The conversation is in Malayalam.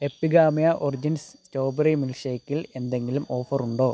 എപ്പിഗാമിയ ഒറിജിൻസ് സ്ട്രോബെറി മിൽക്ക് ഷേക്കിൽ എന്തെങ്കിലും ഓഫർ ഉണ്ടോ